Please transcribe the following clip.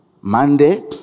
Monday